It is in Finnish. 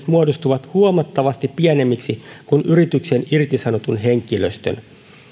muodostuvat huomattavasti pienemmiksi kuin yrityksen irtisanotun henkilöstön